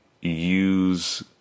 use